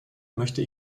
möchte